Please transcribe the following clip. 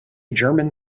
german